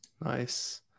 Nice